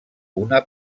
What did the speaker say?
una